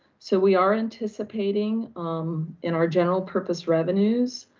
so we are anticipating um in our general purpose revenues,